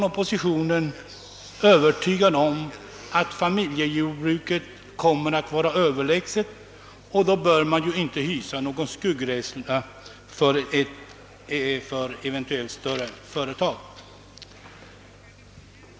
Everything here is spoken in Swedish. Oppositionen är ju övertygad om att familjejordbruket kommer att vara överlägset, och då bör man väl inte hysa någon skuggrädsla för större företag.